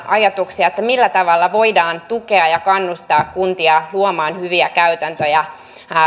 ajatuksia siitä millä tavalla voidaan tukea ja kannustaa kuntia luomaan hyviä käytäntöjä